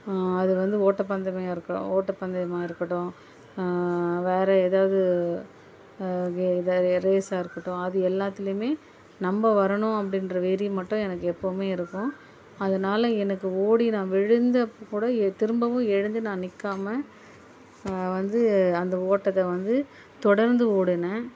அது வந்து ஓட்ட பந்தயமாக இருக் ஓட்ட பந்தயமாக இருக்கட்டும் வேற எதாவது ரேஸ்ஸா இருக்கட்டும் அது எல்லாத்துலயுமே நம்ம வரணும் அப்படின்ற வெறி மட்டும் எனக்கு எப்பவுமே இருக்கும் அதனால் எனக்கு ஓடி நான் விழுந்தப்பக்கூட திரும்பவும் எழுந்து நான் நிற்கமா வந்து அந்த ஓட்டத்தை வந்து தொடர்ந்து ஓடினேன்